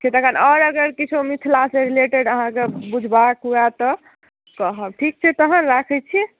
ठीक तखन आओर किछो मिथिलासँ रिलेटेड अहाँकेँ बुझबाक हुए तऽ कहब ठीक छै तहन राखैत छी